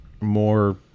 more